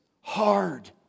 Hard